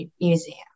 museum